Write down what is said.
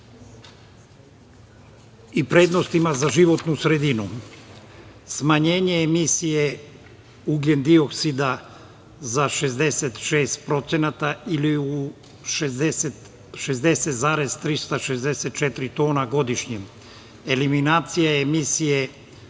prednost i za životnu sredinu. Smanjenje emisije ugljen-dioksida za 66% ili u 60,364 tona godišnje. eliminacija emisije